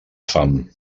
fam